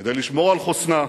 כדי לשמור על חוסנה,